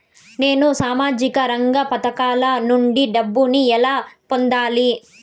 నేను సామాజిక రంగ పథకాల నుండి డబ్బుని ఎలా పొందాలి?